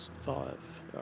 five